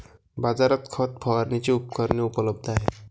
बाजारात खत फवारणीची उपकरणे उपलब्ध आहेत